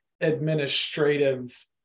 administrative